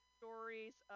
stories